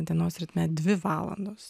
dienos ritme dvi valandos